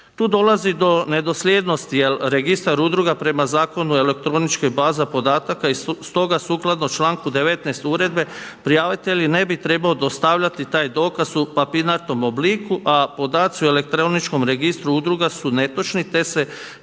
Tu dolazi do nedosljednosti jer registar udruga prema Zakonu o elektroničkoj bazi podataka i stoga sukladno članku 19. udruge prijavitelj ne bi trebao dostavljati taj dokaz u papirnatom obliku a podaci o elektroničkom registru udruga su netočni te se